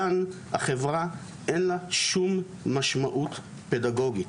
כאן החברה אין לה שום משמעות פדגוגית.